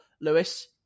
Lewis